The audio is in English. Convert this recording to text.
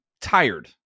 tired